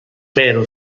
pero